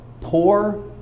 poor